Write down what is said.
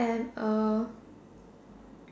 am a